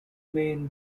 main